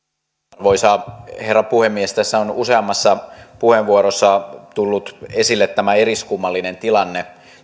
arvoisa herra puhemies tässä on useammassa puheenvuorossa tullut esille tämä eriskummallinen tilanne